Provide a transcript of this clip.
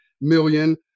million